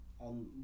on